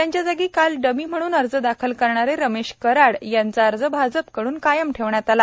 त्यांच्या जागी काल डमी म्हणून अर्ज दाखल करणारे रमेश कराड यांचा अर्ज भाजपकडून कायम ठेवण्यात आला